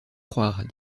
croire